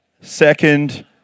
Second